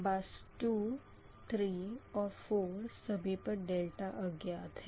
बस 23 और 4 सभी पर अज्ञात है